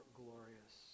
glorious